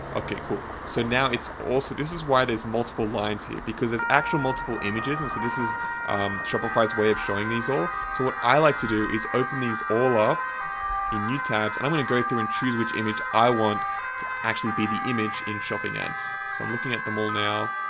okay, cool. so now it's also, this is why there's multiple lines here because there's actual multiple images and so this is shopify it's a way of showing these all. so what i like to do is open these all up in new tabs and i'm going to go through and choose which image i want to actually be the image in shopping ads. so i'm looking at them all now.